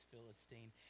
Philistine